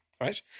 right